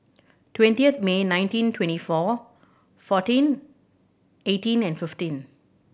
twenty of May nineteen twenty four fourteen eighteen and fifteen